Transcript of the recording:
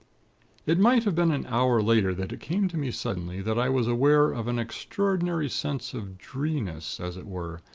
it might have been an hour later that it came to me suddenly that i was aware of an extraordinary sense of dreeness, as it were,